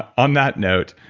on that note,